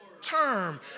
term